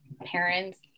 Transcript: parents